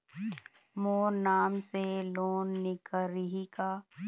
मोर नाम से लोन निकारिही का?